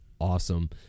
awesome